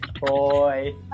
Boy